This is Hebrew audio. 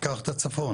קח את הצפון,